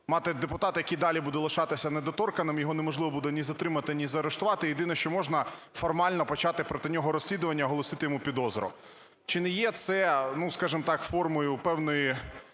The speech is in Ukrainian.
мати депутата, який далі буде лишатися недоторканним, його неможливо буде ні затримати, ні заарештувати. Єдине, що можна формально почати проти нього розслідування, оголосити йому підозру. Чи не є це, скажемо так, формою певної